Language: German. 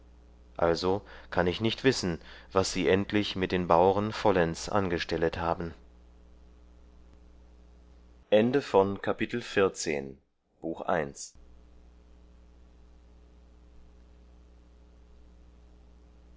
also kann ich nicht wissen was sie endlich mit den bauren vollends angestellet haben